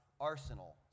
arsenal